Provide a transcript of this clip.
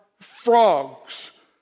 frogs